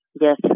Yes